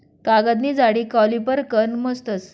कागदनी जाडी कॉलिपर कन मोजतस